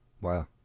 Wow